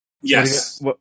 Yes